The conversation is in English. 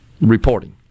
reporting